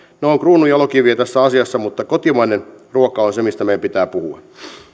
ne ovat kruununjalokiviä tässä asiassa mutta kotimainen ruoka on se mistä meidän pitää puhua